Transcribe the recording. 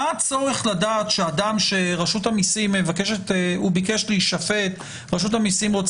אבל אדם שביקש להישפט ברשות המיסים,